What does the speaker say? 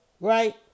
Right